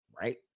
Right